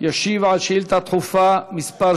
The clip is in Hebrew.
להשיב על שאילתה דחופה מס'